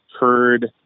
heard